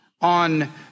on